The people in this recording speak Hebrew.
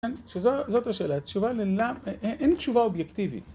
כן, שזאת השאלה, התשובה ללמה, אין תשובה אובייקטיבית.